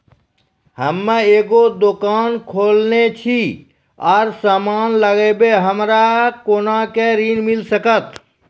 हम्मे एगो दुकान खोलने छी और समान लगैबै हमरा कोना के ऋण मिल सकत?